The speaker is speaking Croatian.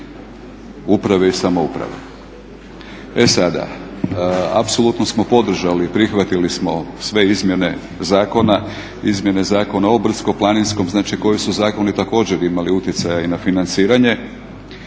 uprave i samouprave. E sada, apsolutno smo podržali i prihvatili smo sve izmjene zakona, izmjene Zakona o brdsko-planinskom, znači koji su zakoni također imali utjecaja i na financiranje